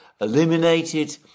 eliminated